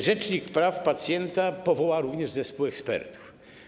Rzecznik praw pacjenta powoła również zespół ekspertów.